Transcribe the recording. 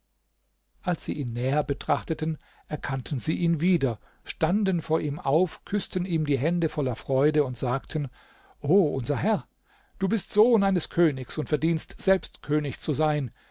als sie ihn näher betrachteten erkannten sie ihn wieder standen vor ihm auf küßten ihm die hände voller freude und sagten o unser herr du bist sohn eines königs und verdienst selbst könig zu sein